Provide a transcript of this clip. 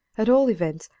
at all events,